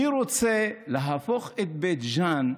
אני רוצה להפוך את בית ג'ן,